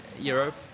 Europe